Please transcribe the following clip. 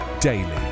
daily